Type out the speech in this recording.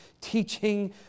teaching